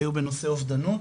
היו בנושא אובדנות.